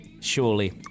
surely